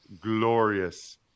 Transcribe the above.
glorious